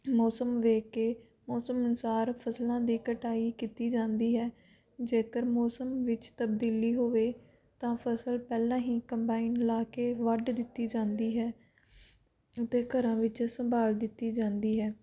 ਮੌਸਮ ਵੇਖ ਕੇ ਮੌਸਮ ਅਨੁਸਾਰ ਫਸਲਾਂ ਦੀ ਕਟਾਈ ਕੀਤੀ ਜਾਂਦੀ ਹੈ ਜੇਕਰ ਮੌਸਮ ਵਿੱਚ ਤਬਦੀਲੀ ਹੋਵੇ ਤਾਂ ਫਸਲ ਪਹਿਲਾਂ ਹੀ ਕੰਬਾਈਨ ਲਾ ਕੇ ਵੱਢ ਦਿੱਤੀ ਜਾਂਦੀ ਹੈ ਅਤੇ ਘਰਾਂ ਵਿੱਚ ਸੰਭਾਲ ਦਿੱਤੀ ਜਾਂਦੀ ਹੈ